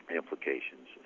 implications